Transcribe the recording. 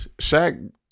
Shaq